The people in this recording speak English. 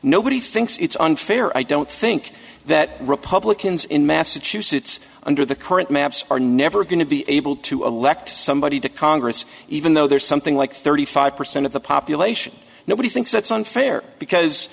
nobody thinks it's unfair i don't think that republicans in massachusetts under the current maps are never going to be able to elect somebody to congress even though there's something like thirty five percent of the population nobody thinks that's unfair because